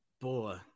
Boy